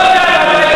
לא יודע ב-2005.